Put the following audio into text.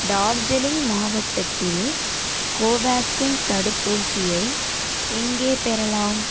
டார்ஜிலிங் மாவட்டத்தில் கோவேக்சின் தடுப்பூசியை எங்கே பெறலாம்